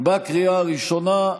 בקריאה הראשונה.